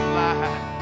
light